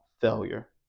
failure